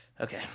Okay